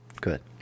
good